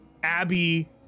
abby